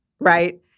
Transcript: Right